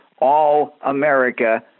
all-America